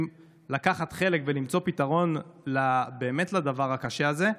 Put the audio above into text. לקחת חלק ולמצוא פתרון באמת לדבר הקשה הזה,